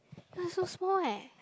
ah so small eh